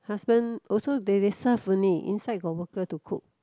husband also they they serve only inside got worker to cook